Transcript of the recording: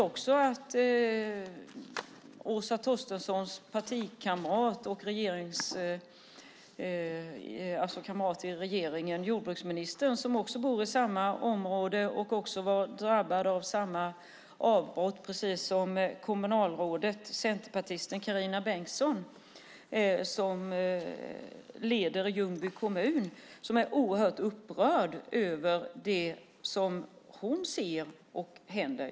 Åsa Torstenssons partikamrat och kamrat i regeringen, jordbruksministern, bor i samma område och var också drabbad av samma avbrott precis som kommunalrådet, centerpartisten Carina Bengtsson. Hon är oerhört upprörd över det hon ser hända.